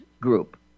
group